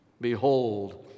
Behold